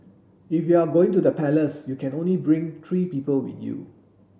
if you are going to the palace you can only bring three people with you